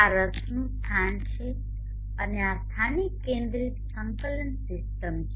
આ રસનું સ્થાન છે અને આ સ્થાનિક કેન્દ્રિત સંકલન સીસ્ટમ છે